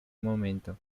momento